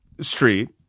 street